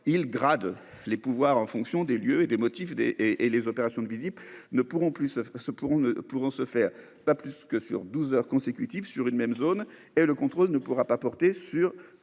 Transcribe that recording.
Il grade les pouvoirs en fonction des lieux et des motifs et les opérations de visite ne pourront plus se pourront ne pourront se faire, pas plus que sur 12h consécutives sur une même zone et le contrôle ne pourra pas porter sur.